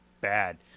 bad